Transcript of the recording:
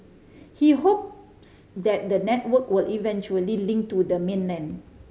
he hopes that the network will eventually link to the mainland